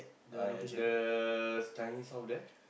I at the Chinese store there